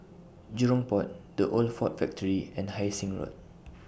Jurong Port The Old Ford Factory and Hai Sing Road